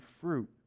fruit